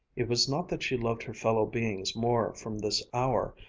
it was not that she loved her fellow-beings more from this hour,